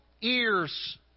ears